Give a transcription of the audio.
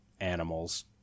animals